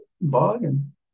bargain